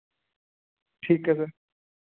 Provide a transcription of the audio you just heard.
ਠੀਕ ਹੈ ਸਰ